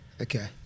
Okay